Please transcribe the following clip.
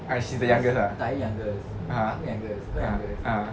ah she's the youngest ah ah ah ah